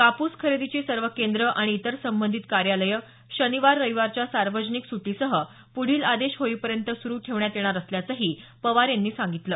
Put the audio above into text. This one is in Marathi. कापूस खरेदीची सर्व केंद्रं आणि इतर संबंधित कार्यालयं शनिवार रविवारच्या सार्वजनिक सुटीसह पुढील आदेश होईपर्यंत सुरु ठेवण्यात येणार असल्याचंही पवार यांनी सांगितलं